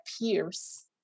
peers